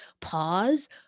pause